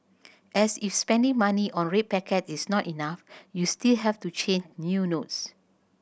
as if spending money on red packets is not enough you still have to change new notes